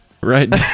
Right